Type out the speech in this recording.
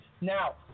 Now